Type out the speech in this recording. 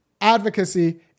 advocacy